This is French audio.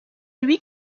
lui